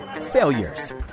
failures